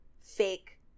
fake